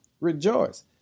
Rejoice